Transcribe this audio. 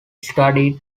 studied